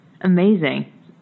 Amazing